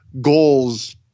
goals